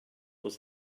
was